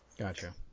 Gotcha